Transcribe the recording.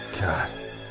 God